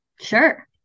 Sure